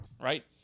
right